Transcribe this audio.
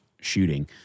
shooting